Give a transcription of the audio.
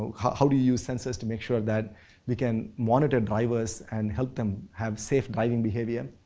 how do you use sensors to make sure that we can monitor drivers and help them have safe driving behavior